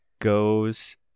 goes